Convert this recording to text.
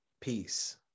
Peace